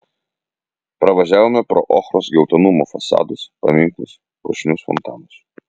pravažiavome pro ochros geltonumo fasadus paminklus puošnius fontanus